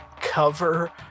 cover